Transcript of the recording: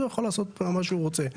אז הוא יכול לעשות בה מה שהוא רוצה.